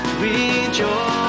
rejoice